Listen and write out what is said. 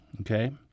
okay